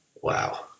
Wow